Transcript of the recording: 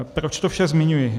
Proč to vše zmiňuji?